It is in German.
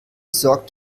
sorgt